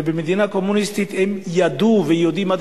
ובמדינה קומוניסטית הם ידעו ויודעים עד